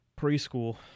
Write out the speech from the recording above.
preschool